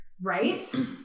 Right